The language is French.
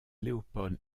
léopold